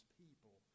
people